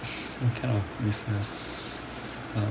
what kind of business